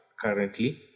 currently